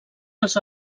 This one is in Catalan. els